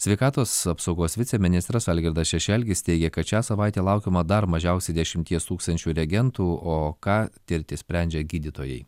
sveikatos apsaugos viceministras algirdas šešelgis teigia kad šią savaitę laukiama dar mažiausiai dešimties tūkstančių reagentų o ką tirti sprendžia gydytojai